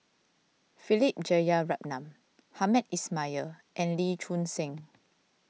Philip Jeyaretnam Hamed Ismail and Lee Choon Seng